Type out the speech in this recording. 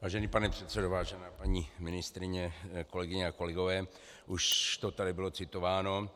Vážený pane předsedo, vážená paní ministryně, kolegyně a kolegové, už to tady bylo citováno.